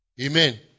Amen